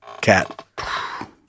cat